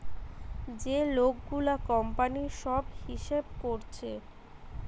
যে লোক গুলা কোম্পানির সব হিসাব কোরছে